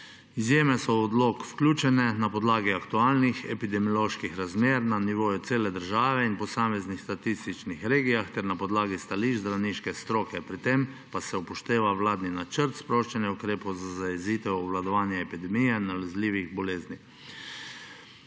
Izjeme so v odlok vključene na podlagi aktualnih epidemioloških razmer na nivoju cele države in posameznih statističnih regijah ter na podlagi stališč zdravniške stroke. Pri tem pa se upošteva vladni načrt sproščanja ukrepov za zajezitev, obvladovanja epidemije nalezljivih bolezni.